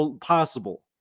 possible